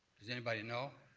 does anybody know?